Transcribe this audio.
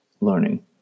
learning